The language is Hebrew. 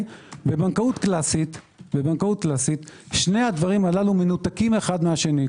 בבנקאות קלאסית שני הדברים הללו מנותקים אחד מהשני.